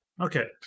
Okay